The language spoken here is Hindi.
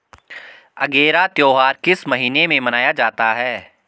अगेरा त्योहार किस महीने में मनाया जाता है?